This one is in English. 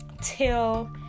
till